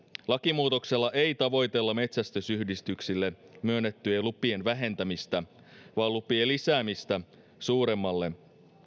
lakimuutoksella ei tavoitella metsästysyhdistyksille myönnettyjen lupien vähentämistä vaan lupien lisäämistä suuremmalle